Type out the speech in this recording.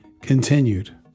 continued